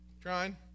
Trying